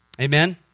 Amen